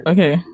Okay